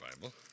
Bible